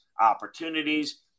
opportunities